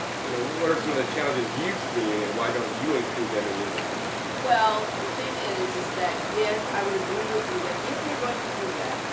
you know. what what are some of the challenges you've seen and why don't you include them in your diet? annette well, the thing is, is that yes i would agree with you that if you're going to do that,